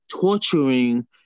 torturing